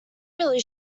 really